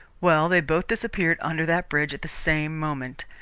well, they both disappeared under that bridge at the same moment,